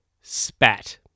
spat